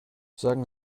sagen